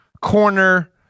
corner